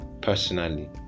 personally